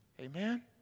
Amen